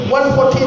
114